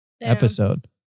episode